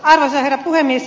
arvoisa herra puhemies